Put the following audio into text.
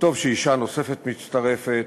וטוב שאישה נוספת מצטרפת,